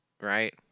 right